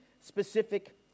specific